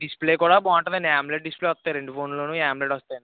display కూడా బాగుంటుంది అండి ఆమోలేడ్ డిస్ప్లే వస్తాయండి రెండు ఫోన్ లో ఆమోలేడ్ వస్తాయండి